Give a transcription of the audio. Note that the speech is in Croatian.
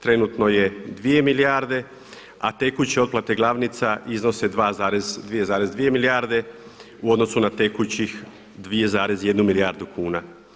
Trenutno je 2 milijarde, a tekuće otplate glavnica iznose 2,2 milijarde u odnosu na tekućih 2,1 milijardu kuna.